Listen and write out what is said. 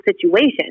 situation